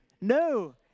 No